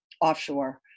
offshore